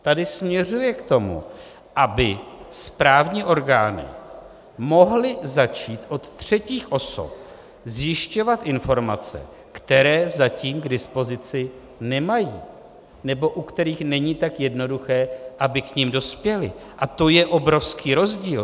Tady směřuje k tomu, aby správní orgány mohly začít od třetích osob zjišťovat informace, které zatím k dispozici nemají nebo u kterých není tak jednoduché, aby k nim dospěly, a to je obrovský rozdíl.